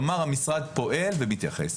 כלומר המשרד פועל ומתייחס.